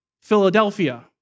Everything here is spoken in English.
Philadelphia